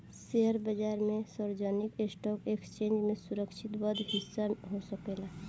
share बाजार में सार्वजनिक स्टॉक एक्सचेंज में सूचीबद्ध हिस्सा हो सकेला